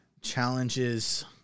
Challenges